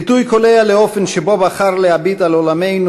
ביטוי קולע לאופן שבו בחר להביט על עולמנו